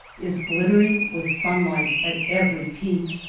is glittering with sunlight at every peak.